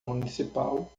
municipal